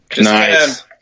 Nice